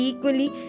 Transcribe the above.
Equally